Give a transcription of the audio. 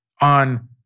on